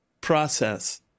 process